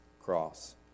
cross